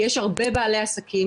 יש הרבה בעלי עסקים